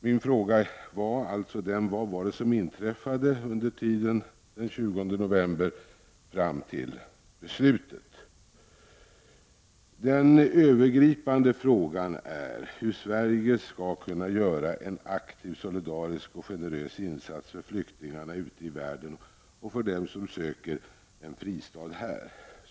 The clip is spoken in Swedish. Min fråga var: Vad var det som inträffade under tiden från den 20 november fram till beslutet? Den övergripande frågan är hur Sverige skall kunna göra en aktiv solidarisk och generös insats för flyktingarna ute i världen och för dem som söker en fristad här.